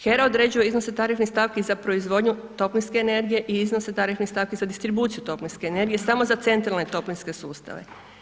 HERA određuje iznose tarifnih stavki za proizvodnju toplinske energije i iznose tarifnih stavki za distribuciju toplinske energije samo za centralne toplinske sustave.